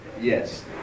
Yes